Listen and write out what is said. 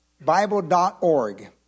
Bible.org